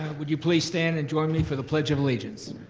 would you please stand and join me for the pledge of allegiance.